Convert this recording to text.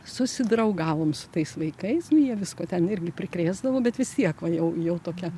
susidraugavom su tais vaikais nu jie visko ten irgi prikrėsdavo bet vis tiek va jau jau tokia